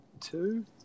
two